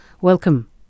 Welcome